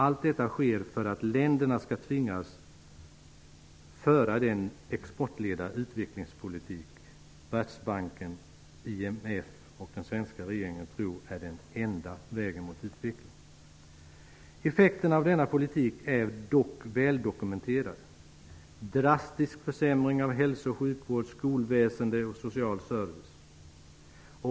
Allt detta sker för att länderna skall tvingas föra den exportledda utvecklingspolitik som Världsbanken, IMF och den svenska regeringen tror är den ''enda vägen'' mot utveckling. Effekterna av denna politik är dock väldokumenterade: drastisk försämring av hälsooch sjukvård, skolväsende och social service.